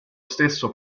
stesso